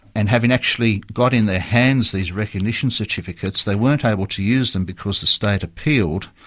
and having actually got in their hands these recognition certificates, they weren't able to use them because the state appealed.